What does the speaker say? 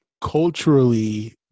culturally